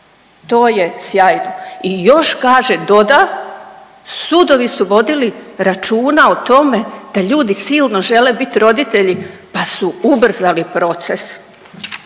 To je sjajno. I još kaže doda sudovi su vodili računa o tome da ljudi silno žele bit roditelji, pa su ubrzali proces.